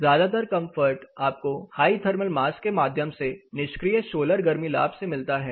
ज्यादातर कंफर्ट आपको high thermal mass के माध्यम से निष्क्रिय सोलर गर्मी लाभ से मिलता है